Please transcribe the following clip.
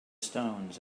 stones